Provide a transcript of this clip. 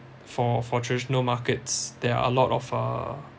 for for traditional markets there are a lot of uh